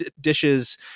dishes